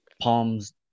palms